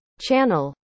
channel